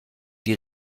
die